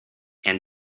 and